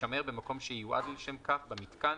יישמר במקום שייועד לשם כך במיתקן,